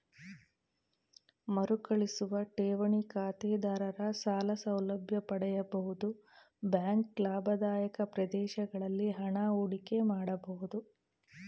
ಮರುಕಳಿಸುವ ಠೇವಣಿ ಖಾತೆದಾರರ ಸಾಲ ಸೌಲಭ್ಯ ಪಡೆಯಬಹುದು ಬ್ಯಾಂಕ್ ಲಾಭದಾಯಕ ಪ್ರದೇಶಗಳಲ್ಲಿ ಹಣ ಹೂಡಿಕೆ ಮಾಡಬಹುದು